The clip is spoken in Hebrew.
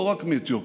לא רק מאתיופיה,